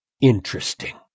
interesting